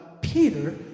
Peter